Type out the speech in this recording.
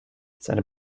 seine